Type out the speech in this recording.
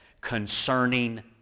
concerning